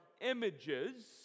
images